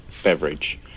beverage